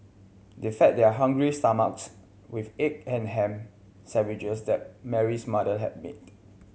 they fed their hungry stomachs with egg and ham sandwiches that Mary's mother had made